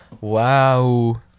wow